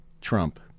Trump